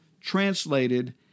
translated